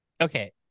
Okay